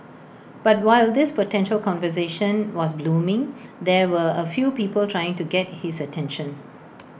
but while this potential conversation was blooming there were A few people trying to get his attention